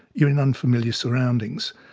you're in unfamiliar surroundings.